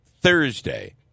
Thursday